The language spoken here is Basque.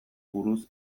buruz